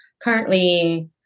currently